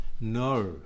No